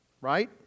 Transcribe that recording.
right